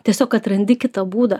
tiesiog atrandi kitą būdą